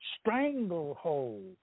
stranglehold